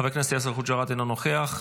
חבר הכנסת יאסר חוג'יראת, אינו נוכח,